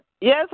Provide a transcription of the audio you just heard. Yes